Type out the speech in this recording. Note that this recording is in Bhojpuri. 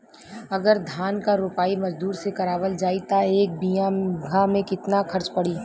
अगर धान क रोपाई मजदूर से करावल जाई त एक बिघा में कितना खर्च पड़ी?